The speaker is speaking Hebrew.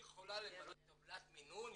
היא יכולה למלא טבלת מינון,